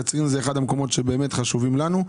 קצרין הוא אחד המקומות שבאמת חשובים לנו.